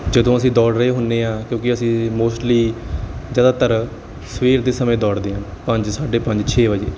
ਜਦੋਂ ਅਸੀਂ ਦੌੜ ਰਹੇ ਹੁੰਦੇ ਹਾਂ ਕਿਉਂਕਿ ਅਸੀਂ ਮੋਸਟਲੀ ਜ਼ਿਆਦਾਤਰ ਸਵੇਰ ਦੇ ਸਮੇਂ ਦੌੜਦੇ ਹਾਂ ਪੰਜ ਸਾਢੇ ਪੰਜ ਛੇ ਵਜੇ